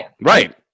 Right